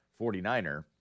49er